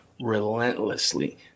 relentlessly